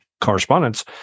correspondence